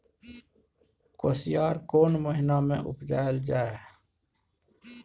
कोसयार कोन महिना मे उपजायल जाय?